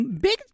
Big